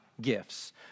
gifts